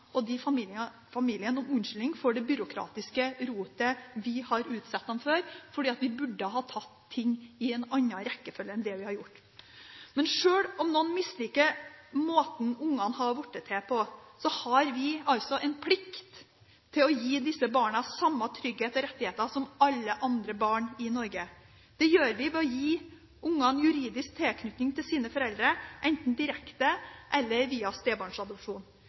i de siste ni månedene. Jeg må si at jeg derfor har et behov for å be disse ungene og disse familiene om unnskyldning for det byråkratiske rotet vi har utsatt dem for – vi burde tatt ting i en annen rekkefølge enn det vi har gjort. Sjøl om noen misliker måten ungene har blitt til på, har vi en plikt til å gi disse barna samme trygghet og samme rettigheter som alle andre barn i Norge har. Det gjør vi ved å gi ungene juridisk tilknytning til sine foreldre